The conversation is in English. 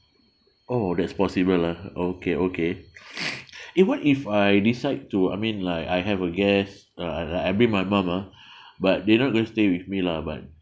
oh that's possible ah okay okay even if I decide to I mean like I have a guest uh I I I mean my mum ah but they not going to stay with me lah but